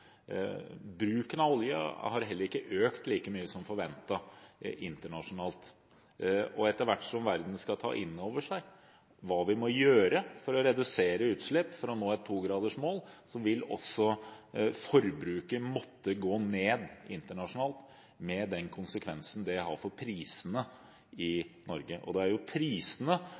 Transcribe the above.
Bruken av olje har heller ikke økt like mye som forventet internasjonalt. Etter hvert som verden skal ta inn over seg hva vi må gjøre for å redusere utslipp – for å nå et togradersmål – vil også forbruket måtte gå ned internasjonalt, med den konsekvensen det har for prisene i Norge. Og det er jo prisene